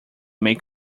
make